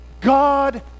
God